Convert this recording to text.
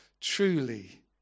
Truly